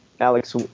Alex